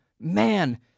Man